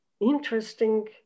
interesting